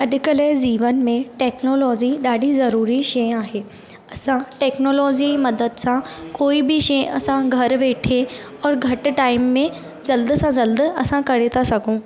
अॼुकल्ह जीवन में टेक्नोलॉज़ी ॾाढी ज़रूरी शइ आहे असां टेक्नोलॉज़ी मदद सां कोई बि शइ असां घरु वेठे और घटि टाइम में जल्द सां जल्द असां करे था सघूं